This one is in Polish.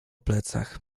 plecach